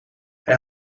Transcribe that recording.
hij